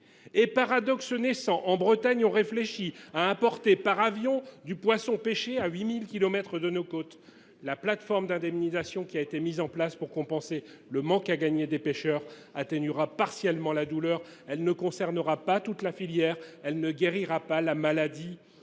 Et, paradoxe naissant, en Bretagne, on réfléchit à importer par avion du poisson pêché à 8 000 kilomètres de nos côtes ! La plateforme d’indemnisation qui a été mise en place pour compenser le manque à gagner subi par les pêcheurs atténuera partiellement la douleur : elle ne concernera pas toute la filière ni ne guérira la maladie.